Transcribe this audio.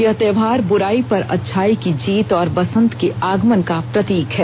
यह त्यौहार ब्राई पर अच्छाई की जीत और बसंत के आगमन का प्रतीक है